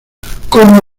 como